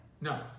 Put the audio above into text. No